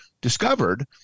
discovered